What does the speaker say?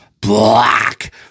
Black